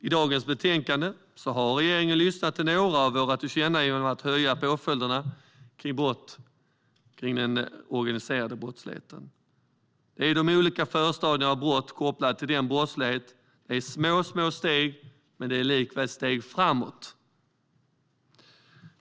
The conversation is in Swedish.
I dagens betänkande kan vi se att regeringen har lyssnat till några av våra tillkännagivanden om att skärpa påföljderna vid brott rörande den organiserade brottsligheten. Det gäller olika förstadier till brott kopplade till den brottsligheten. Det är små steg men likväl steg framåt.